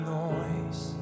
noise